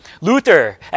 Luther